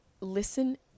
listen